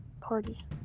party